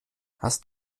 hast